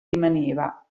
rimaneva